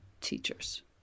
teachers